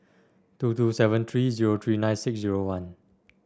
two two seven three zero three nine six zero one